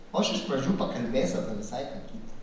o aš iš pradžių pakalbėsiu apie visai ką kita